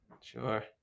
Sure